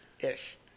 Ish